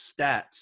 stats